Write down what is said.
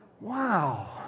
Wow